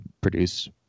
produce